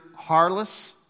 Harless